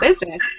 business